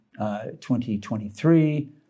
2023